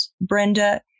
Brenda